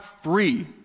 free